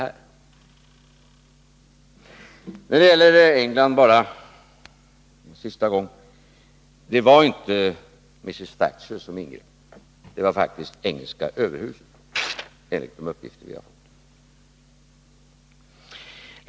När det gäller England bara en sista gång: Det var inte Mrs. Thatcher som ingrep, utan det var faktiskt engelska överhuset, enligt de uppgifter vi har fått.